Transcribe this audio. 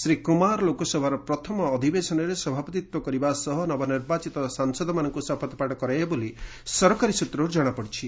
ଶ୍ରୀକୁମାର ଲୋକସଭାର ପ୍ରଥମ ଅଧିବେଶନରେ ସଭାପତିତ୍ୱ କରିବା ସହ ନବ ନିର୍ବାଚିତ ସାଂସଦମାନଙ୍କୁ ଶପଥପାଠ କରାଇବେ ବୋଲି ସରକାରୀ ସୂତ୍ରରୁ କଣାପଡିଛି